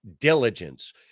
diligence